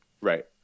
right